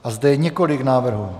A zde je několik návrhů.